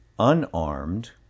unarmed